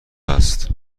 است